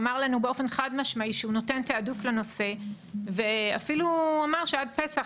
באופן חדש משמעי שהוא נותן תיעדוף לנושא ואפילו אמר שעד פסח,